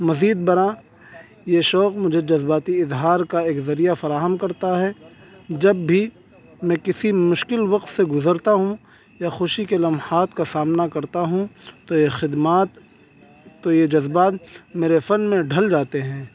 مزید برآں یہ شوق مجھے جذباتی اظہار کا ایک ذریعہ فراہم کرتا ہے جب بھی میں کسی مشکل وقت سے گزرتا ہوں یا خوشی کے لمحات کا سامنا کرتا ہوں تو یہ خدمات تو یہ جذبات میرے فن میں ڈھل جاتے ہیں